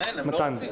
מתן.